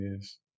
yes